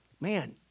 Man